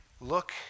look